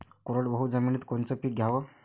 कोरडवाहू जमिनीत कोनचं पीक घ्याव?